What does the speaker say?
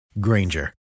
Granger